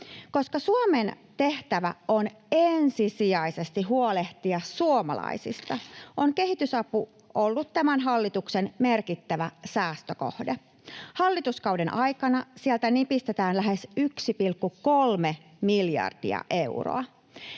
Koska Suomen tehtävä on ensisijaisesti huolehtia suomalaisista, on kehitysapu ollut tämän hallituksen merkittävä säästökohde. Hallituskauden aikana sieltä nipistetään lähes 1,3 miljardia euroa.